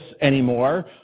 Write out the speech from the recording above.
anymore